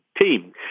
team